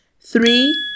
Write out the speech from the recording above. Three